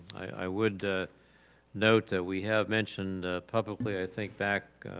i would note that we have mentioned publicly, i think back,